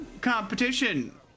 competition